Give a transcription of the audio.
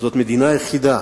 זאת המדינה היחידה